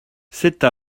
cette